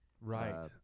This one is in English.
right